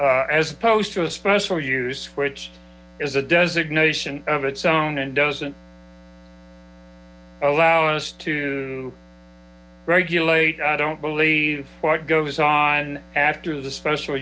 licensing as opposed to a special use which is a designation of its own and doesn't allow us to regulate i don't believe what goes on after the special